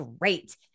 great